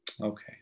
Okay